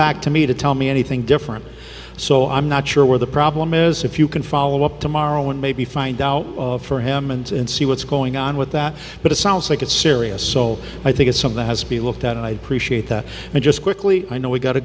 back to me to tell me anything different so i'm not sure where the problem is if you can follow up tomorrow and maybe find out for him and see what's going on with that but it sounds like it's serious so i think it's something has to be looked at and i appreciate that and just quickly i know we got to